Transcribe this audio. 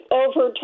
over